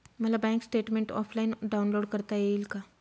मला bank statement offline download करता येईल का?